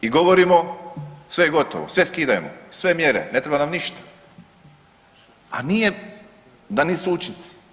I govorimo sve je gotovo, sve skidajmo, sve mjere, ne treba nam ništa, a nije da nisu učinci.